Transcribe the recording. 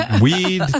weed